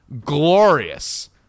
glorious